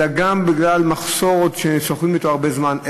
אלא גם בגלל מחסור שסוחבים אותו הרבה זמן,